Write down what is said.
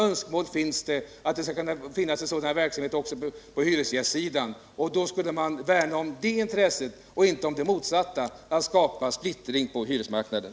Önskemål finns om att det skulle kunna finnas en sådan verksamhet också på hyresgästsidan. Man skall värna om det intresset och inte om det motsatta — att skapa splittring på hyresmarknaden.